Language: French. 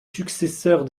successeurs